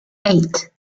eight